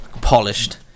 polished